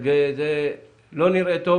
זה לא נראה טוב